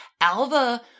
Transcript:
Alva